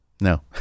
No